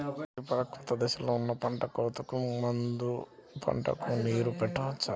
పరిపక్వత దశలో ఉన్న పంట కోతకు ముందు పంటకు నీరు పెట్టవచ్చా?